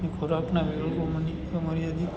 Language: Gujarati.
એ ખોરકના વેળોપો મને અમર્યાદિત